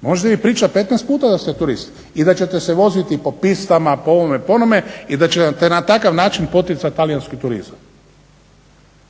Možete vi pričati 15 puta da ste turist, i da ćete se voziti po pistama, po ovome, po onome, i da ćete na takav način poticati talijanski turizam.